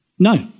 No